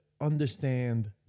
understand